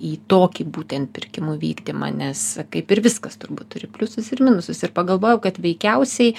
į tokį būtent pirkimų vykdymą nes kaip ir viskas turbūt turi pliusus ir minusus ir pagalvojau kad veikiausiai